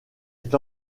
est